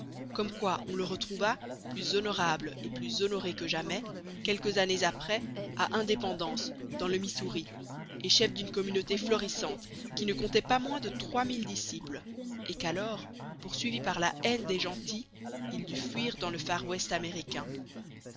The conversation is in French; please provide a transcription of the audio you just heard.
comme quoi on le retrouva plus honorable et plus honoré que jamais quelques années après à independance dans le missouri et chef d'une communauté florissante qui ne comptait pas moins de trois mille disciples et qu'alors poursuivi par la haine des gentils il dut fuir dans le far west américain